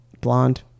blonde